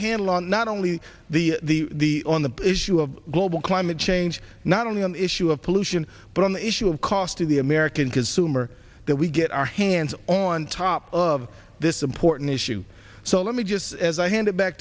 hanlon not only the on the issue of global climate change not only on the issue of pollution but on the issue of cost of the american consumer that we get our hands on top of this important issue so let me just as i hand it back